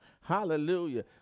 hallelujah